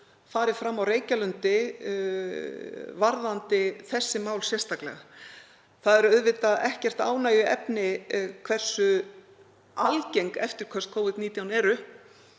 fari fram á Reykjalundi varðandi þessi mál sérstaklega. Það er auðvitað ekkert ánægjuefni hversu algeng eftirköst Covid-19 eru.